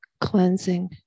cleansing